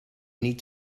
niet